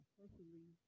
personally